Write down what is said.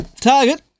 target